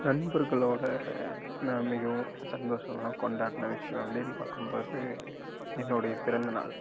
நண்பர்களோடு நான் மிகவும் சந்தோஷமாக கொண்டாடின விஷயம் அப்படின்னு பார்க்கும் போது என்னுடைய பிறந்தநாள்